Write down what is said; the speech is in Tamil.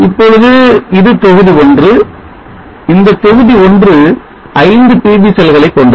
இப்பொழுது இது தொகுதி 1 இந்த தொகுதி 1 5 PV செல்களை கொண்டது